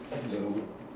hello